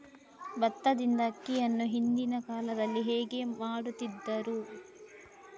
ಭತ್ತದಿಂದ ಅಕ್ಕಿಯನ್ನು ಹಿಂದಿನ ಕಾಲದಲ್ಲಿ ಹೇಗೆ ಮಾಡುತಿದ್ದರು?